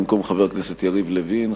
במקום חבר הכנסת יריב לוין,